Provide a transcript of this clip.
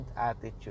attitude